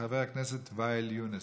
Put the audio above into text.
של חבר הכנסת ואאל יונס.